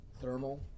thermal